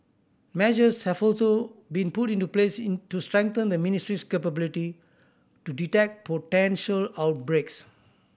measures have also been put into place into strengthen the ministry's capability to detect potential outbreaks